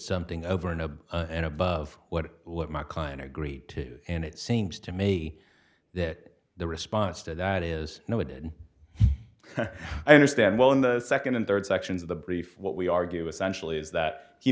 something over and over and above what my client agreed to and it seems to me that the response to that is no it did i understand well in the second and third sections of the brief what we argue essentially is that he